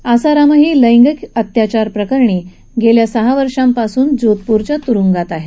आसारामही लैंगिक अत्याचार प्रकरणात गेल्या सुमारे सहा वर्षांपासून जोधपूर तुरुंगात आहे